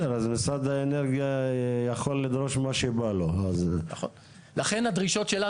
האקלים, אבל בשביל לעשות את הצעד